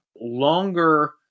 longer